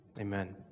Amen